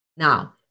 Now